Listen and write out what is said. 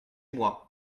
moi